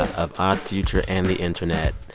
of odd future and the internet.